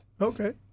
Okay